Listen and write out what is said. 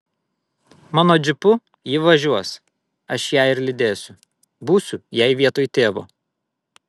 mano džipu ji važiuos aš ją ir lydėsiu būsiu jai vietoj tėvo